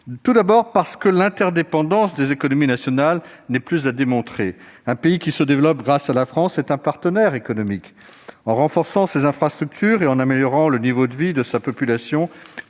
D'une part, l'interdépendance des économies nationales n'est plus à démontrer. Un pays qui se développe grâce à la France est un partenaire économique. En renforçant ses infrastructures et en améliorant le niveau de vie de sa population,